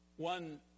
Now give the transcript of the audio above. One